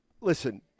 Listen